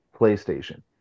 PlayStation